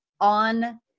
on